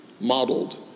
modeled